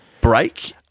break